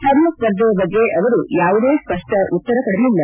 ತಮ್ಮ ಸ್ಪರ್ಧೆಯ ಬಗ್ಗೆ ಯಾವುದೇ ಸ್ಪಷ್ಟ ಉತ್ತರ ಕೊಡಲಿಲ್ಲ